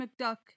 McDuck